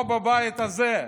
פה בבית הזה,